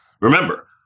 Remember